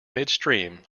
midstream